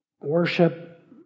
worship